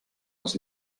les